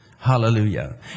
Hallelujah